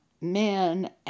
men